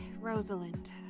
Rosalind